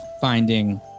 finding